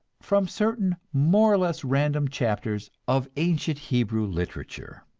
from certain more or less random chapters of ancient hebrew literature.